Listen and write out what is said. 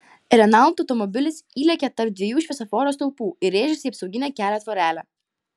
renault automobilis įlėkė tarp dviejų šviesoforo stulpų ir rėžėsi į apsauginę kelio tvorelę